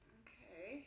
okay